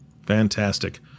Fantastic